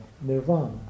nirvana